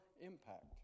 impact